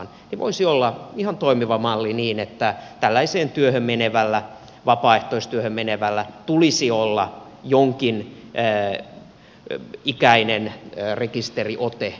se voisi olla ihan toimiva malli niin että tällaiseen työhön menevällä vapaaehtoistyöhön menevällä tulisi olla jonkin ikäinen rekisteriote itsellä mukana